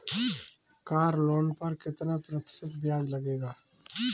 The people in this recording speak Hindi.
कार लोन पर कितना प्रतिशत ब्याज लगेगा?